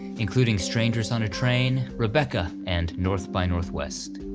including strangers on a train. rebecca, and north by northwest.